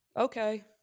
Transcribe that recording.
okay